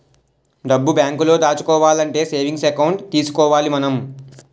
డబ్బు బేంకులో దాచుకోవాలంటే సేవింగ్స్ ఎకౌంట్ తీసుకోవాలి మనం